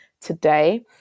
today